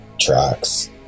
tracks